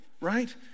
right